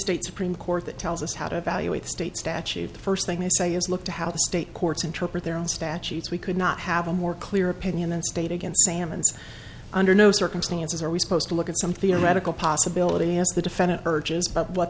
states supreme court that tells us how to evaluate the state statute the first thing they say is look to how the state courts interpret their own statutes we could not have a more clear opinion and state again salman's under no circumstances are we supposed to look at some theoretical possibility as the defendant urges but what